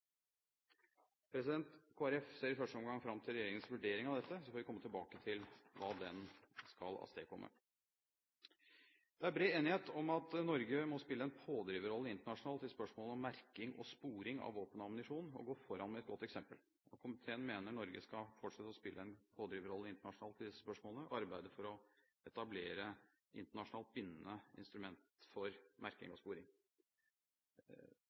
ser i første omgang fram til regjeringens vurdering av dette. Så får vi komme tilbake til hva den skal avstedkomme. Det er bred enighet om at Norge må spille en pådriverrolle internasjonalt i spørsmålet om merking og sporing av våpen og ammunisjon, og gå foran med et godt eksempel. Komiteen mener Norge skal fortsette å spille en pådriverrolle internasjonalt i disse spørsmålene og arbeide for å etablere internasjonalt bindende instrumenter for merking og sporing.